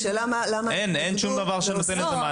אין שום דבר שנותן לזה מענה.